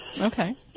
Okay